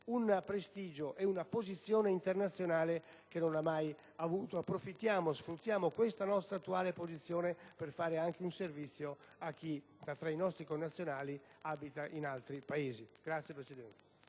un prestigio e una posizione internazionale che non ha mai avuto. Sfruttiamo questa nostra attuale posizione per rendere anche un servizio a chi, tra i nostri connazionali, abita in altri Paesi. *(Applausi